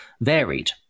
varied